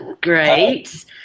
Great